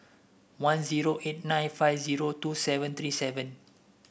one zero eight nine five zero two seven three seven